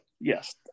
Yes